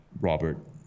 Robert